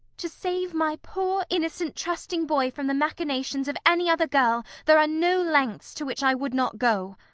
to save my poor, innocent, trusting boy from the machinations of any other girl there are no lengths to which i would not go.